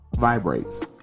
vibrates